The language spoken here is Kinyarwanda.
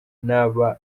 n’aba